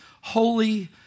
Holy